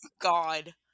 god